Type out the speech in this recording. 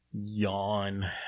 Yawn